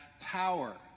power